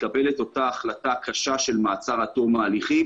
מתקבלת אותה החלטה קשה של מעצר עד תום הליכים,